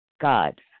God